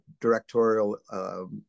directorial